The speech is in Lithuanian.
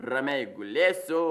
ramiai gulėsiu